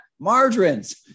Margarines